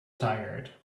tired